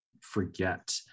forget